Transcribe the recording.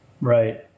Right